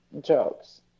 jokes